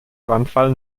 brandfall